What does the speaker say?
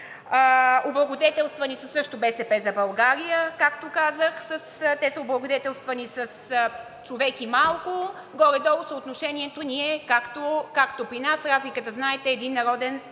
Облагодетелствани са също „БСП за България“, както казах. Те са облагодетелствани с човек и малко. Горе-долу съотношението е както при нас. Разликата, знаете, е един народен